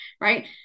Right